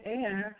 air